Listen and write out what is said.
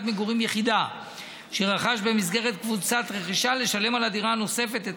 מגורים יחידה שרכש במסגרת קבוצת רכישה לשלם על הדירה הנוספת את